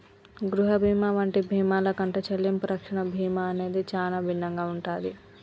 గృహ బీమా వంటి బీమాల కంటే చెల్లింపు రక్షణ బీమా అనేది చానా భిన్నంగా ఉంటాది